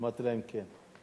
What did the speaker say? אמרתי להם, כן.